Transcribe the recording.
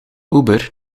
uber